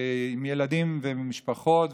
עם ילדים ועם משפחות,